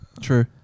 True